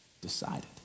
decided